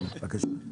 כן, בבקשה.